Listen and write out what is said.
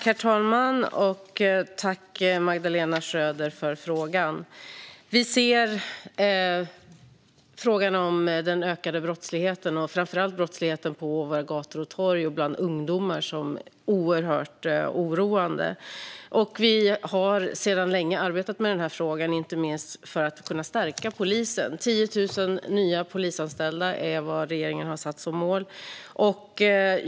Herr talman! Tack, Magdalena Schröder, för frågan! Vi ser frågan om den ökade brottsligheten och framför allt brottsligheten på våra gator och torg och bland ungdomar som oerhört oroande. Vi har sedan länge arbetat med den här frågan, inte minst för att kunna stärka polisen. 10 000 nya polisanställda är vad regeringen har satt som mål.